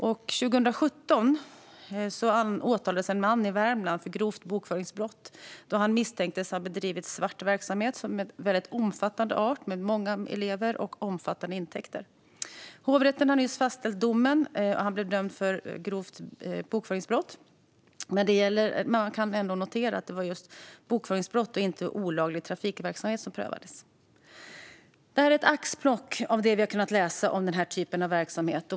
År 2017 åtalades en man i Värmland för grovt bokföringsbrott då han misstänktes ha bedrivit svart verksamhet i stor omfattning, med många elever och omfattande intäkter. Hovrätten har nyss fastställt domen. Han dömdes för grovt bokföringsbrott. Men notera att det var just bokföringsbrott och inte olaglig trafikverksamhet som prövades. Det här var ett axplock av det vi har kunnat läsa om när det gäller denna typ av verksamhet.